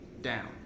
down